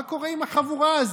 מה קורה עם החבורה הזאת?